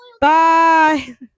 Bye